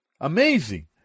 Amazing